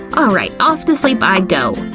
alright, off to sleep i go!